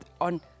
on